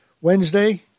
Wednesday